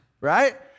right